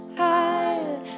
higher